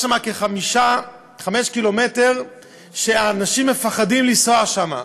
יש שם כחמישה קילומטרים שאנשים מפחדים לנסוע בהם.